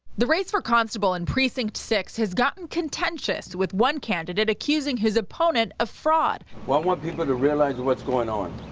the race for constable in precinct six has gotten contentious with one candidate accusing his opponent of fraud. we want people to realize what's going on.